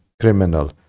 criminal